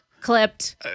Clipped